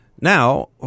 Now